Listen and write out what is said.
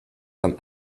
comme